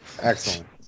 Excellent